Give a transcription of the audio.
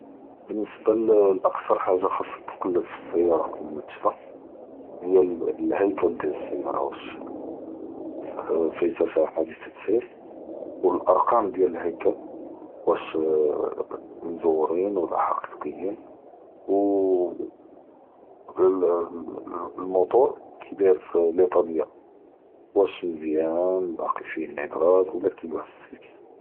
באלניסבה לאקטאר חאג’ה ח’אס תקלב פ הסיארה קבל מא תש’ר, היא אלח’יקל דיאל הסיארה ואש פיית פ חאדיתה סיר, ו אלארקאמ דיאל אלח’יקל, ואש מזורין ו אלח’אקיקיין, ו אלמוטור כי דאיר פ אליאטה דיאלה, ואש מזיאן באקי פיה אלאזראר ו לא.